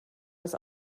das